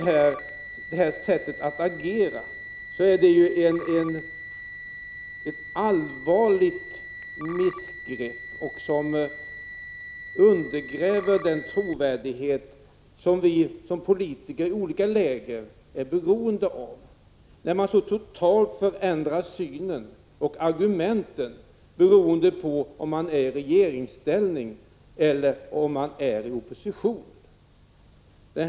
När man så totalt förändrar synen och argumenten beroende på om man är i regeringsställning eller om man är i opposition, gör man sig skyldig till ett allvarligt missgrepp som undergräver den trovärdighet vi som politiker i olika läger är beroende av.